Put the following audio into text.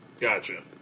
Gotcha